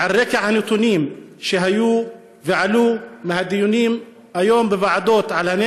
ועל רקע הנתונים שעלו היום בדיונים על הנגב בוועדות,